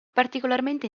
particolarmente